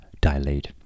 dilate